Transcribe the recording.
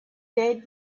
dead